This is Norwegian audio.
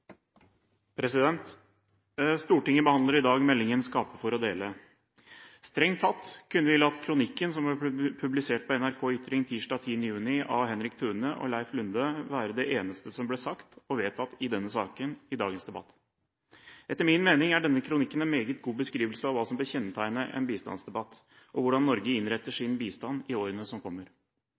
retning. Stortinget behandler i dag meldingen Dele for å skape. Strengt tatt kunne vi latt kronikken som ble publisert av Henrik Thune og Leiv Lunde på NRKs Ytring tirsdag 10. juni, være det eneste som ble sagt og vedtatt i denne saken i dagens debatt. Etter min mening er denne kronikken en meget god beskrivelse av hva som bør kjennetegne en bistandsdebatt, og hvordan Norge bør innrette sin bistand i årene som kommer.